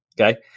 okay